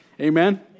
Amen